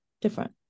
different